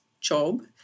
job